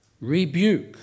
rebuke